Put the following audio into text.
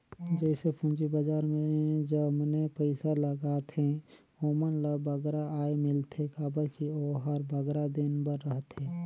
जइसे पूंजी बजार में जमने पइसा लगाथें ओमन ल बगरा आय मिलथे काबर कि ओहर बगरा दिन बर रहथे